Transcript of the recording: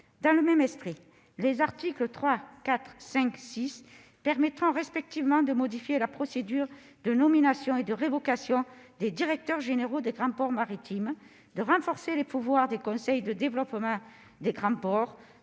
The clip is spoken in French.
Dans le même esprit, les articles 3, 4, 5 et 6 permettraient respectivement de modifier la procédure de nomination et de révocation des directeurs généraux des grands ports maritimes, de renforcer les pouvoirs des conseils de développement, de modifier